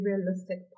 realistic